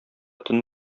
төн